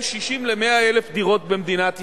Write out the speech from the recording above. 60,000 ל-100,000 דירות במדינת ישראל.